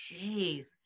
Jeez